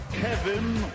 Kevin